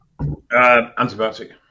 Antibiotic